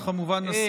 וכמובן עם,